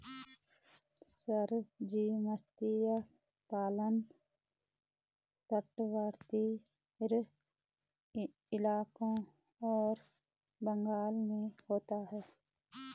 sir ji मत्स्य पालन तटवर्ती इलाकों और बंगाल में होता है